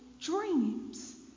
dreams